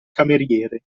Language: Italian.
cameriere